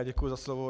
Děkuji za slovo.